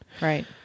right